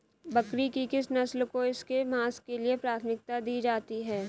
बकरी की किस नस्ल को इसके मांस के लिए प्राथमिकता दी जाती है?